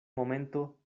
momento